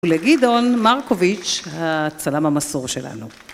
ולגדעון מרקוביץ', הצלם המסור שלנו.